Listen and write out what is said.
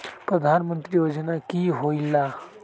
प्रधान मंत्री योजना कि होईला?